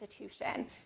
institution